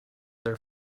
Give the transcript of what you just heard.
their